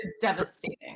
Devastating